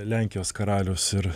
lenkijos karalius ir